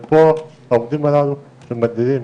פה, העובדים הללו שמגיעים